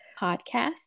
podcast